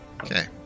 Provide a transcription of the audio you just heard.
Okay